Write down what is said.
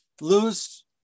lose